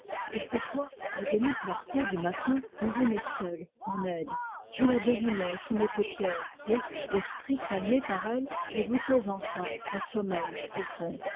quelquefois la demi-clarté du matin me venait seule en aide je la devinais sous mes paupières et l'esprit calmé par elle je goûtais enfin un sommeil profond